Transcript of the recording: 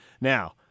Now